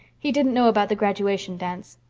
he didn't know about the graduation dance.